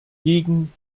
gegen